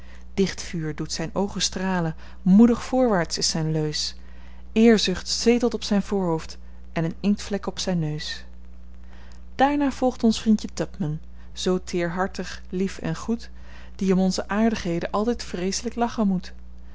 dichtvuur doet zijn oogen stralen moedig voorwaarts is zijn leus eerzucht zetelt op zijn voorhoofd en een inktvlek op zijn neus daarna volgt ons vriendje tupman zoo teerhartig lief en goed die om onze aardigheden altijd vreeselijk lachen moet